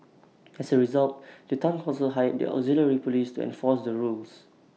as A result the Town Council hired the auxiliary Police enforce the rules